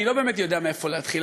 אני לא באמת יודע מאיפה להתחיל.